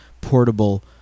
portable